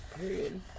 Period